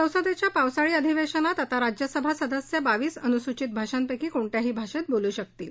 संसदेच्या पावसाळी अधिवेशनात आता राज्यसभा सदस्य बावीस अनुसूचित भाषांपैकी कोणत्याही भाषेत बोलू शकतील